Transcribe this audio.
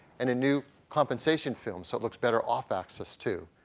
and a new compensation film so it looks better off access too.